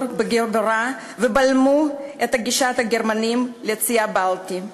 בגבורה ובלמו את גישת הגרמנים לצי הבלטי.